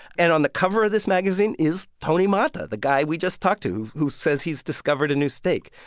and on the cover of this magazine is tony mata, the guy we just talked to who says he's discovered a new steak.